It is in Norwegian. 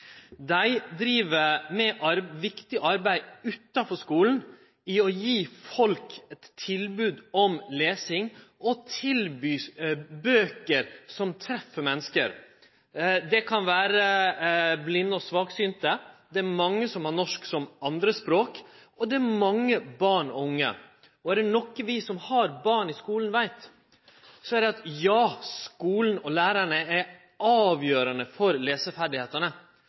Dei driv med viktig arbeid utanfor skulen, gjennom å gi folk eit tilbod om lesing og tilby bøker som treffer menneske. Det kan vere blinde og svaksynte, det er mange som har norsk som andrespråk, og det er mange barn og unge. Er det noko vi som har barn i skulen veit, er det at ja, skulen og lærarane er avgjerande for